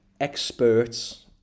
experts